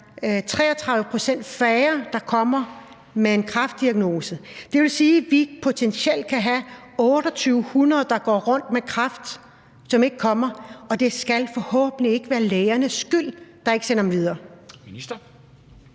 33 pct. færre, der kommer og får en kræftdiagnose. Det vil sige, at vi potentielt kan have 2.800, der går rundt med kræft, og som ikke kommer til undersøgelse. Det skal forhåbentlig ikke skyldes, at lægerne ikke sender dem videre.